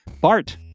Bart